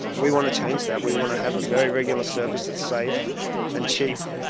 we want to change that, we want to have a very regular service that's safe and cheap.